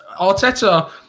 Arteta